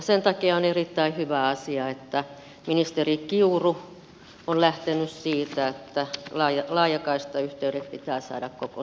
sen takia on erittäin hyvä asia että ministeri kiuru on lähtenyt siitä että laajakaistayhteydet pitää saada koko suomeen